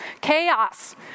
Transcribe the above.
chaos